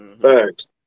Thanks